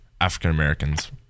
african-americans